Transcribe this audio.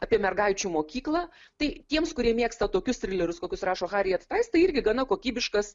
apie mergaičių mokyklą tai tiems kurie mėgsta tokius trilerius kokius rašo hariat tais tai irgi gana kokybiškas